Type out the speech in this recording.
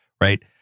right